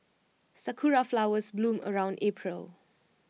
Sakura Flowers bloom around April